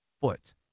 foot